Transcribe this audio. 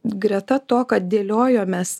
greta to ką dėliojomės